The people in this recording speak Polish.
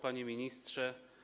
Panie Ministrze!